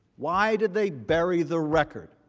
why did they bury the record?